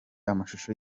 amashusho